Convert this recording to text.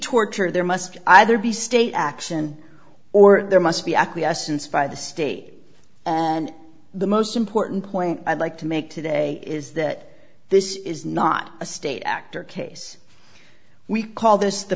torture there must either be state action or there must be acquiescence by the state and the most important point i'd like to make today is that this is not a state actor case we call this the